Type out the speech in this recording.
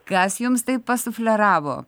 kas jums tai pasufleravo